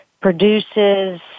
produces